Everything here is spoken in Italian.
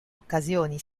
occasioni